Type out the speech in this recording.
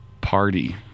party